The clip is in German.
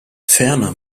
ferner